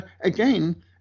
again